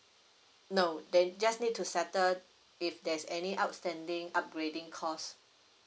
no they just need to settle if there's any outstanding upgrading cost